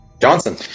Johnson